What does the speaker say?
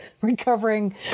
recovering